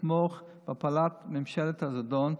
לתמוך בהפלת ממשלת הזדון,